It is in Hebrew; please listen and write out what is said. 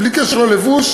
בלי קשר ללבוש.